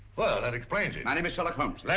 well, that explains it. my name is sherlock holmes.